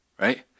right